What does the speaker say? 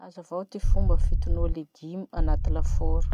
Hazavao ty fomba fitonoa legume anaty laforo?